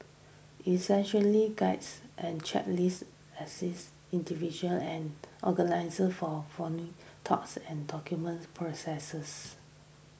essentially guides and checklist assist individual and organisers for thoughts and document processes